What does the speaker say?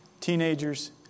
teenagers